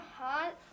hot